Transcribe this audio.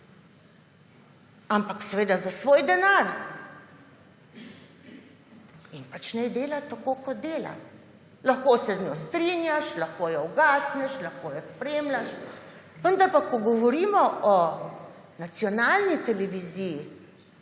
Ampak seveda za svoj denar. In naj dela, tako kot dela. Lahko se z njo strinjaš, lahko jo ugasneš, lahko jo spremljaš. Ko pa govorimo o nacionalni televiziji,